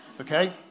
okay